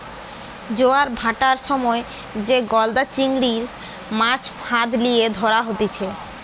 জোয়ার ভাঁটার সময় যে গলদা চিংড়ির, মাছ ফাঁদ লিয়ে ধরা হতিছে